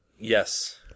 Yes